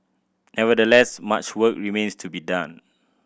nevertheless much work remains to be done